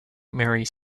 marys